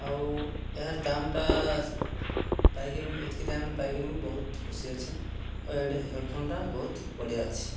ଆଉ ଏହାର ଦାମଟା ପାଇକି ମୁଇଁ ଏତକି ଦାମରେ ପାଇକି ମୁଁ ବହୁତ ଖୁସି ଅଛେ ଆଉ ହେଡ଼ଫୋନଟା ବହୁତ ବଢ଼ିଆ ଅଛେ